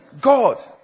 God